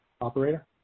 Operator